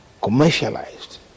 commercialized